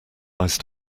iced